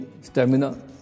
stamina